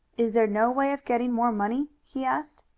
is there no way of getting more money? he asked.